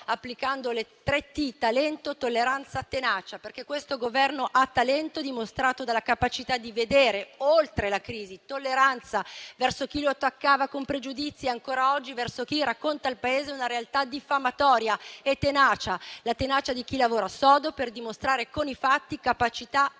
applicando le tre "T": talento, tolleranza, tenacia. Questo Governo ha talento, dimostrato dalla capacità di vedere oltre la crisi, tolleranza, verso chi lo attaccava con pregiudizi e ancora oggi verso chi racconta al Paese una realtà diffamatoria, e tenacia, la tenacia di chi lavora sodo per dimostrare con i fatti capacità e